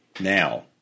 Now